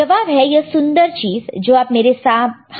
जवाब है यह सुंदर चीज जो आप मेरे हाथ में देख सकते हैं